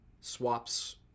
swaps